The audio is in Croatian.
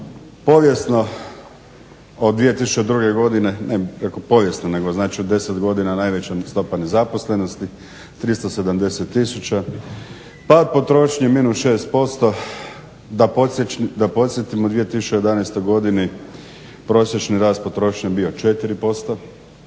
Povijesno od 2002.godine, … povijesno nego označuje 10 godina najveća stopa nezaposlenosti 370 tisuća, pad potrošnje minus 6%, da podsjetimo 2011.godini prosječni rast potrošnje bio je